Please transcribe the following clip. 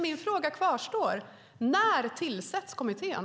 Min fråga kvarstår: Tillsätts kommittén?